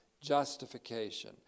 justification